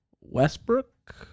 Westbrook